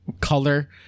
color